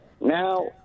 now